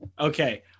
Okay